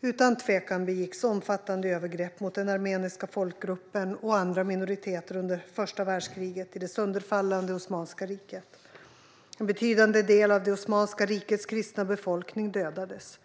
Utan tvivel begicks omfattande övergrepp mot den armeniska folkgruppen och andra minoriteter under första världskriget i det sönderfallande Osmanska riket. En betydande del av Osmanska rikets kristna befolkning dödades.